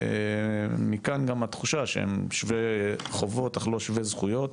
ומכאן גם התחושה שהם שווי חובות אך לא שווי זכויות,